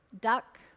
Duck